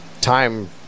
time